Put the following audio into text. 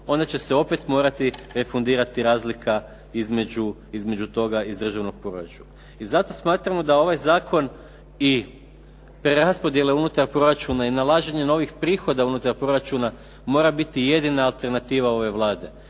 onda će se opet morati refundirati razlika između toga iz državnog proračuna. I zato smatramo da ovaj zakon i preraspodjela unutar proračuna i nalaženje novih prihoda unutar proračuna mora biti jedina alternativa ove Vlade.